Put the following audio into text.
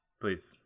Please